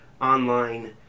online